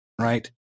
right